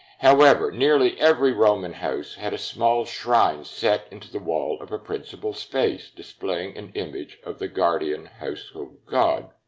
however, nearly every roman house had a small shrine set into the wall of a principal space, displaying an image of the guardian household god.